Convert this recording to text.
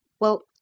Well